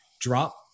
drop